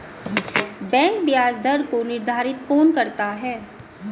Bank ब्याज दर को निर्धारित कौन करता है?